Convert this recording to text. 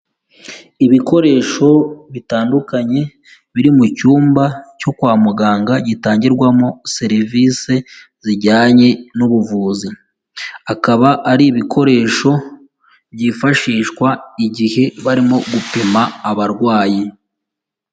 Ibikoresho bitandukanye biri mu cyumba cyo kwa muganga gitangirwamo serivise zijyanye n'ubuvuzi. Akaba ari ibikoresho byifashishwa igihe barimo gupima abarwayi.